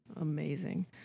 Amazing